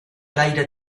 gaire